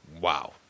wow